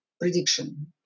prediction